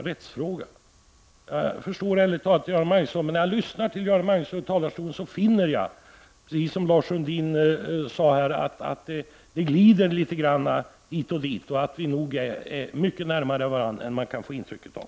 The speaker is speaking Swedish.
Jag förstår ärligt talat inte Göran Magnusson. Men när jag lyssnar till honom i talarstolen finner jag, precis som Lars Sundin sade, att socialdemokraterna glider litet hit och dit och att vi nog är mycket närmare varandra än man kan få intryck av.